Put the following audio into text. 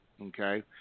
okay